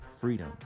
freedom